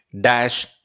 dash